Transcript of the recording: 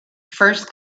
first